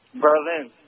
Berlin